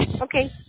okay